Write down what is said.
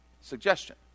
suggestion